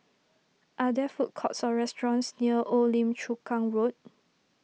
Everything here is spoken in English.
are there food courts or restaurants near Old Lim Chu Kang Road